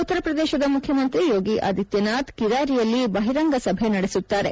ಉತ್ತರಪ್ರದೇಶದ ಮುಖ್ಯಮಂತ್ರಿ ಯೋಗಿ ಆದಿತ್ಯನಾಥ್ ಕಿರಾರಿಯಲ್ಲಿ ಬಹಿರಂಗ ಸಭೆ ನಡೆಸುತ್ತಾರೆ